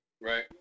Right